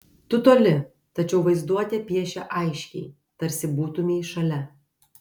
tu toli tačiau vaizduotė piešia aiškiai tarsi būtumei šalia